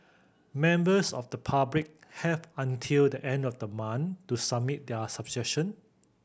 members of the public have until the end of the month to submit their sub session